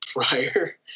prior